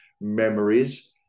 memories